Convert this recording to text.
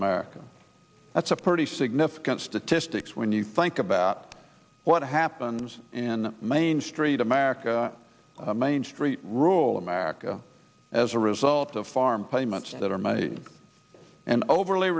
america that's a pretty significant statistics when you think about what happens in main street america main street rule america as a result of farm payments that are made and overly